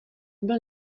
byl